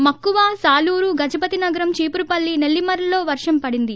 మక్కువ సాలూరు గజపతినగరం చీపురపల్లి నెల్లిమర్లలో వర్షం పడింది